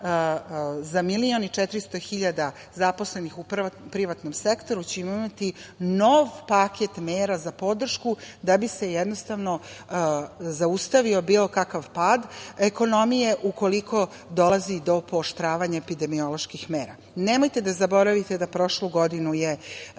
Srbije da za 1.400.000 zaposlenih u privatnom sektoru ćemo imati nov paket mera za podršku, da bi se zaustavio bilo kakav pad ekonomije, ukoliko dolazi do pooštravanja epidemioloških mera. Nemojte da zaboravite da prošlu godinu je